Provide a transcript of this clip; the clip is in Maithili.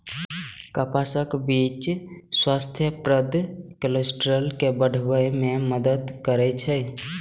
कपासक बीच स्वास्थ्यप्रद कोलेस्ट्रॉल के बढ़ाबै मे मदति करै छै